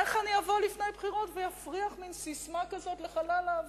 איך אני אבוא לפני בחירות ואפריח מין ססמה כזאת לחלל האוויר?